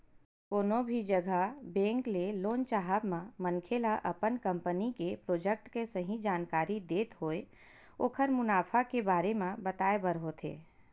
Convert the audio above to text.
कोनो भी जघा बेंक ले लोन चाहब म मनखे ल अपन कंपनी के प्रोजेक्ट के सही जानकारी देत होय ओखर मुनाफा के बारे म बताय बर होथे